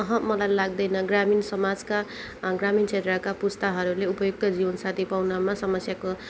अहँ मलाई लाग्दैन ग्रमिण समाजका ग्रामिण क्षेत्रका पुस्ताहरूले उपयक्त जिवनसाथी पाउनमा समस्याको